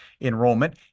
enrollment